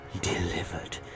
delivered